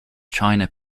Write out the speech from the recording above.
china